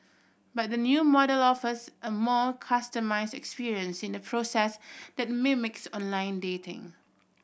but the new model offers a more customised experience in a process that mimics online dating